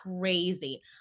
crazy